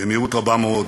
במהירות רבה מאוד,